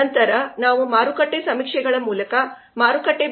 ನಂತರ ನಾವು ಮಾರುಕಟ್ಟೆ ಸಮೀಕ್ಷೆಗಳ ಮೂಲಕ ಮಾರುಕಟ್ಟೆ ಬೇಡಿಕೆಯನ್ನು ಅಂದಾಜು ಮಾಡಲು ಹೋಗುತ್ತೇವೆ